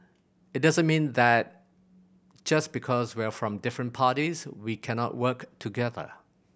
it doesn't mean that just because we're from different parties we cannot work together